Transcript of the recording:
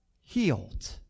healed